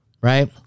right